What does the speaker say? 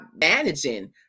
managing